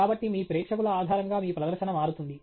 కాబట్టి మీ ప్రేక్షకుల ఆధారంగా మీ ప్రదర్శన మారుతుంది